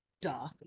Duh